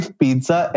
pizza